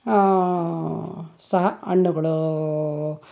ಸಹ ಹಣ್ಣುಗಳು